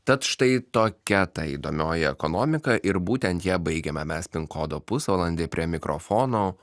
tad štai tokia ta įdomioji ekonomika ir būtent ja baigiame mes pin kodo pusvalandį prie mikrofonų